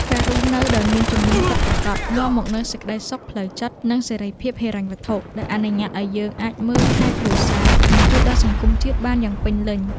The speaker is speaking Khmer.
ការរស់នៅដោយមានជំនាញពិតប្រាកដ នាំមកនូវសេចក្ដីសុខផ្លូវចិត្ត និងសេរីភាពហិរញ្ញវត្ថុ ដែលអនុញ្ញាតឱ្យយើងអាចមើលថែគ្រួសារ និងជួយដល់សង្គមជាតិបានយ៉ាងពេញលេញ។